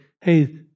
hey